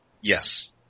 Yes